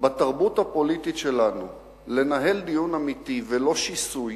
בתרבות הפוליטית שלנו לנהל דיון אמיתי ולא שיסוי,